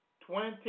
twenty